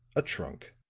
a trunk,